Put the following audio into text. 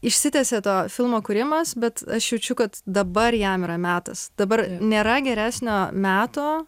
išsitęsė to filmo kūrimas bet aš jaučiu kad dabar jam yra metas dabar nėra geresnio meto